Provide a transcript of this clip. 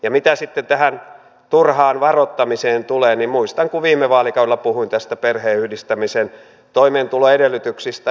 ja mitä sitten tähän turhaan varoittamiseen tulee niin muistan kun viime vaalikaudella puhuin näistä perheenyhdistämisen toimeentulon edellytyksistä